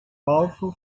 powerful